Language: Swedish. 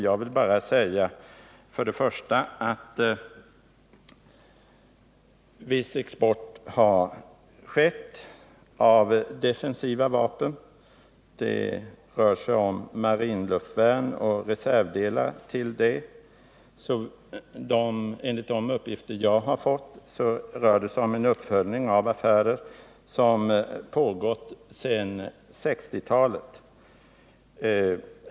Jag vill först och främst säga att viss export har skett av defensiva vapen. Det rör sig om marinluftvärn och reservdelar till detta. Enligt de uppgifter jag har fått rör det sig om en uppföljning av affärer som pågått sedan 1960-talet.